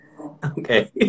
Okay